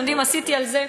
עשיתם על זה,